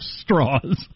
straws